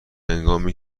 هنگامی